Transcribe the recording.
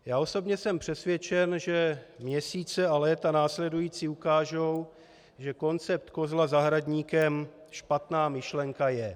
Já osobně jsem přesvědčen, že měsíce a léta následující ukážou, že koncept kozla zahradníkem špatná myšlenka je.